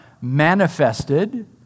Manifested